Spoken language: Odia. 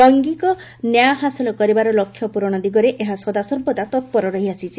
ଲେଙ୍ଗିକ ନ୍ୟାୟ ହାସଲ କରିବାର ଲକ୍ଷ୍ୟ ପୂରଣ ଦିଗରେ ଏହା ସଦାସର୍ବଦା ତତ୍ପର ରହିଆସିଛି